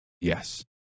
yes